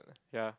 ya